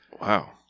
Wow